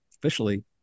officially